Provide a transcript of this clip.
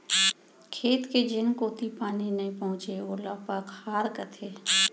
खेत के जेन कोती पानी नइ पहुँचय ओला पखार कथें